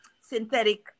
synthetic